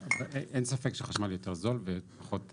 אין ספק שחשמל יותר זול ופחות מזהם.